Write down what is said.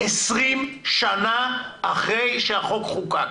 20 שנים אחרי שהחוק חוקק.